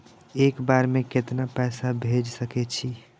एक बार में केतना पैसा भेज सके छी?